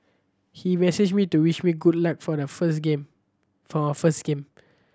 he messaged me to wish me good luck for the first game for first game